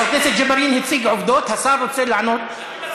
חבר הכנסת ג'בארין הציג עובדות, השר רוצה לענות.